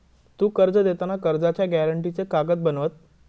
तु कर्ज देताना कर्जाच्या गॅरेंटीचे कागद बनवत?